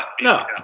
no